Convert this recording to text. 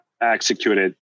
executed